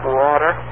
water